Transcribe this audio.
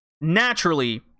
naturally